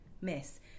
miss